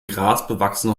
grasbewachsene